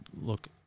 look